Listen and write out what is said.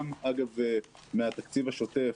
גם אגב מהתקציב השוטף,